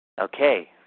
Okay